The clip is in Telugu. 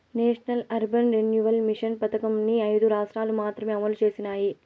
నేషనల్ అర్బన్ రెన్యువల్ మిషన్ పథకంని ఐదు రాష్ట్రాలు మాత్రమే అమలు చేసినాయి